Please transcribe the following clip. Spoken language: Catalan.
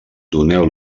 doneu